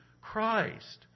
Christ